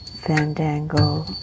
Fandango